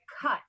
cut